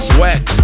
Sweat